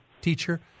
teacher